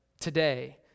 today